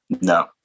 No